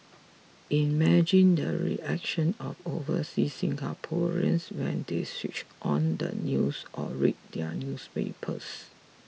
imagine the reactions of overseas Singaporeans when they switched on the news or read their newspapers